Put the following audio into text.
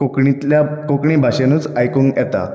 कोंकणीतल्या कोंकणी भाशेनूच आयकूंक येता